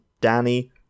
Danny